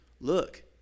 Look